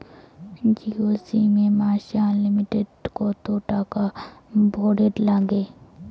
Jio SIM এ মাসে unlimited কত টাকা ভরের নাগে?